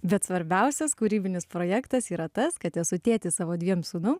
bet svarbiausias kūrybinis projektas yra tas kad esu tėtis savo dviem sūnum